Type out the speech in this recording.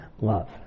love